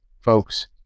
folks